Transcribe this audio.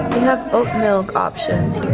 have oat milk options